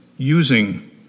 using